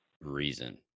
reason